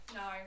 no